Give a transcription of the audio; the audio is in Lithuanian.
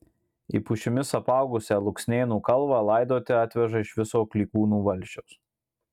į pušimis apaugusią luksnėnų kalvą laidoti atveža iš viso klykūnų valsčiaus